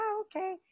okay